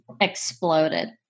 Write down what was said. exploded